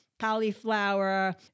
cauliflower